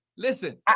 Listen